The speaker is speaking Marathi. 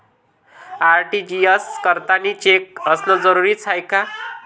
आर.टी.जी.एस करतांनी चेक असनं जरुरीच हाय का?